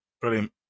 Brilliant